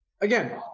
Again